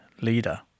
leader